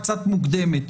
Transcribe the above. מוקדמת.